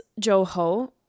Joho